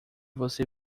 você